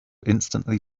instantly